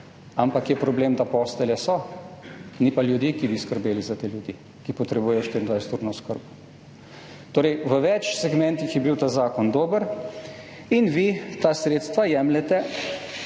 ampak je problem, da postelje so, ni pa ljudi, ki bi skrbeli za te ljudi, ki potrebujejo 24-urno oskrbo. Torej, v več segmentih je bil ta zakon dober in vi ta sredstva jemljete.